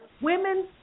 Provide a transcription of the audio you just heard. women